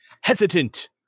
hesitant